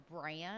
brand